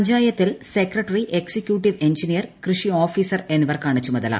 പഞ്ചായത്തിൽ secretary executive engineer കൃഷി officer എന്നിവർക്കാണ് ചുമതല